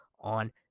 on